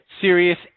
serious